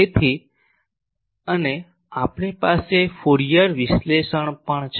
તેથી અને આપણી પાસે ફ્યુરિયર વિશ્લેષણ પણ છે